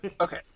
Okay